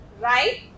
right